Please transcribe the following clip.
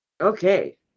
Okay